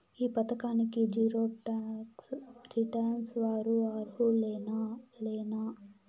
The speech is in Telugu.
ఈ పథకానికి జీరో టాక్స్ రిటర్న్స్ వారు అర్హులేనా లేనా?